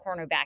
cornerback